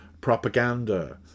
propaganda